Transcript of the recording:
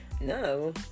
No